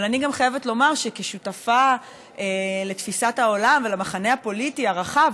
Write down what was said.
אבל אני גם חייבת לומר שכשותפה לתפיסת העולם ולמחנה הפוליטי הרחב,